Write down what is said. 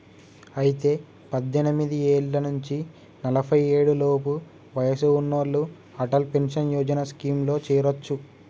అయితే పద్దెనిమిది ఏళ్ల నుంచి నలఫై ఏడు లోపు వయసు ఉన్నోళ్లు అటల్ పెన్షన్ యోజన స్కీమ్ లో చేరొచ్చు